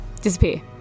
disappear